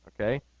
Okay